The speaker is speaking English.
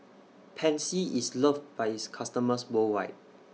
Pansy IS loved By its customers worldwide